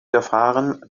erfahren